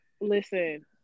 Listen